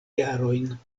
jarojn